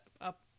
up